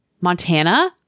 Montana